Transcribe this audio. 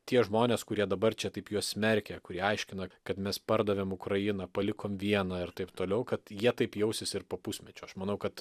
tie žmonės kurie dabar čia taip juos smerkia kurie aiškina kad mes pardavėm ukrainą palikom vieną ir taip toliau kad jie taip jausis ir po pusmečio aš manau kad